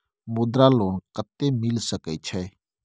मुद्रा लोन कत्ते मिल सके छै?